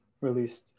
released